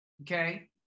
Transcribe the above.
Okay